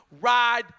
ride